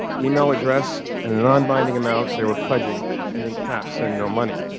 email address and an unbinding amount they were pledging and in caps send no money.